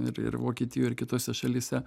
ir ir vokietijoj ir kitose šalyse